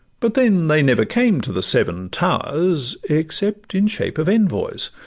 but then they never came to the seven towers except in shape of envoys,